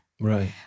Right